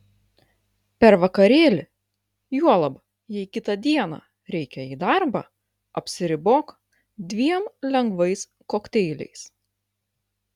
per vakarėlį juolab jei kitą dieną reikia į darbą apsiribok dviem lengvais kokteiliais